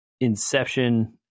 Inception